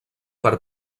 per